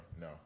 no